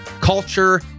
culture